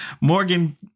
Morgan